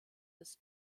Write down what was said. des